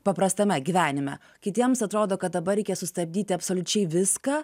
paprastame gyvenime kitiems atrodo kad dabar reikia sustabdyti absoliučiai viską